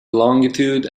longitude